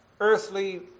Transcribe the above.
earthly